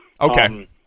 Okay